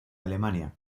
alemania